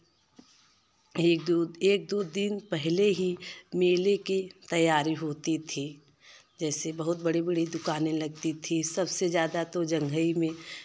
एक दो एक दो तीन पहले ही मेले की तैयारी होती थी जैसे बहुत बड़ी बड़ी दुकाने लगती थी सबसे ज़्यादा तो जंघई में